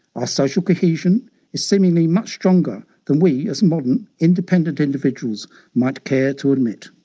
our social cohesion is seemingly much stronger than we as modern independent individuals might care to admit.